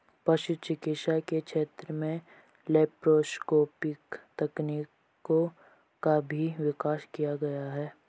पशु चिकित्सा के क्षेत्र में लैप्रोस्कोपिक तकनीकों का भी विकास किया गया है